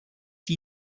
die